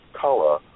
color